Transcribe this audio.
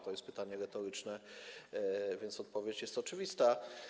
To jest pytanie retoryczne, więc odpowiedź jest oczywista.